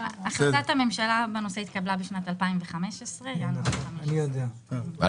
החלטת הממשלה בנושא התקבלה בשנת 2015. ב-2015?